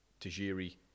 Tajiri